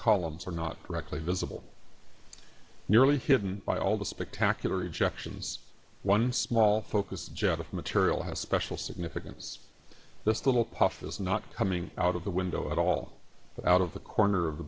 columns are not directly visible nearly hidden by all the spectacular rejections one small focus jet of material has special significance this little puff is not coming out of the window at all out of the corner of the